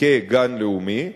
כגן לאומי,